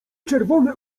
czerwone